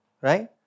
right